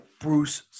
Bruce